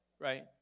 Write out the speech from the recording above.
Right